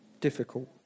difficult